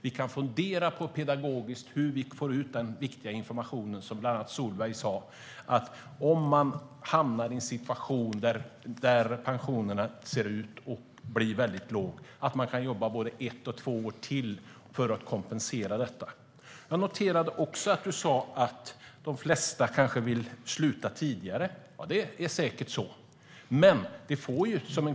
Vi kan fundera på hur vi pedagogiskt får ut den viktiga information som bland andra Solveig nämnde: Om man hamnar i en situation där pensionen ser ut att bli väldigt låg kan man jobba både ett och två år till för att kompensera detta. Jag noterade också att du sa att de flesta kanske vill sluta tidigare. Det är säkert så.